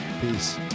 Peace